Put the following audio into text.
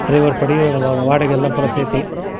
driver படி வா வாடகை எல்லாம் அப்புறம் சேர்த்தி